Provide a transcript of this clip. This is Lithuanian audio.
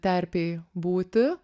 terpėj būti